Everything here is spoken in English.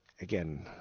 Again